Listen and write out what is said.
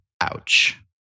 Ouch